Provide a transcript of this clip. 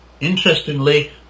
Interestingly